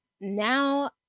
now